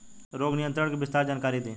रोग नियंत्रण के विस्तार जानकारी दी?